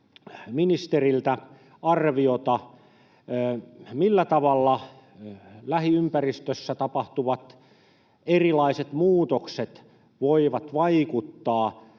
ministeriltä arviota: Millä tavalla lähiympäristössä tapahtuvat erilaiset muutokset voivat vaikuttaa